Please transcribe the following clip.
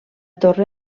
torre